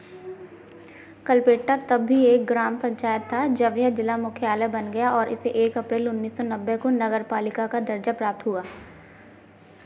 कलपेट्टा तब भी एक ग्राम पंचायत था जब यह जिला मुख्यालय बन गया और इसे एक अप्रैल उन्नीस सौ नब्बे को नगर पालिका का दर्जा प्राप्त हुआ